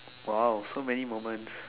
!wow! so many moments